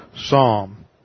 psalm